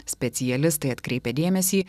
specialistai atkreipia dėmesį